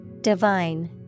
Divine